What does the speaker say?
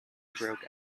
broke